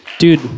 Dude